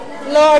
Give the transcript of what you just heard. לא.